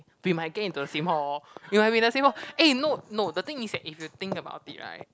we might get into the same hall we might be in the same hall eh no no the thing is that if you think about it right